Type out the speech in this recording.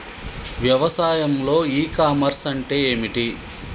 వ్యవసాయంలో e commerce అంటే ఏమిటి?